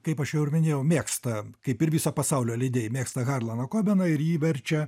kaip aš jau ir minėjau mėgsta kaip ir viso pasaulio leidėjai mėgsta harlaną kobeną ir jį verčia